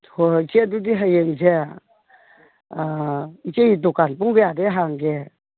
ꯍꯣꯏ ꯍꯣꯏ ꯏꯆꯦ ꯑꯗꯨꯗꯤ ꯍꯌꯦꯡꯁꯦ ꯏꯆꯦꯒꯤ ꯗꯨꯀꯥꯟ ꯄꯨꯡ ꯀꯌꯥꯗꯩ ꯍꯥꯡꯒꯦ